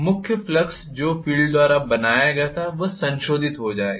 मुख्य फ्लक्स जो फ़ील्ड द्वारा बनाया गया था वह संशोधित हो जाएगा